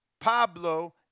Pablo